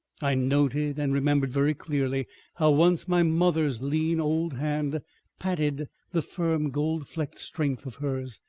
i noted and remembered very clearly how once my mother's lean old hand patted the firm gold-flecked strength of hers,